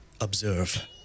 observe